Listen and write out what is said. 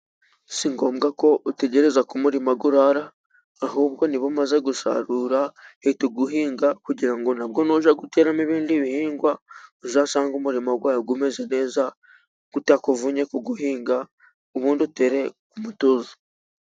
Si ngombwa ko utegereza ko umurima urara, ahubwo niba umaze gusarura hita uwuhinga, kugira ngo nabwo nujya guteramo ibindi bihingwa, uzasange umurima wawe umeze neza, utakuvunnye kuwuhinga, ubundi utere mu mutuzo.